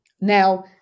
Now